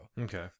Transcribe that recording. Okay